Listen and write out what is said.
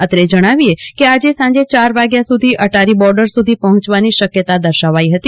અત્રે જણાવીએ કે આજે ચાર વાગ્યા સુધી અટારી બોર્ડર સુધી પહોચવાની શક્યતા દશવૈહતી